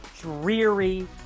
dreary